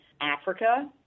Africa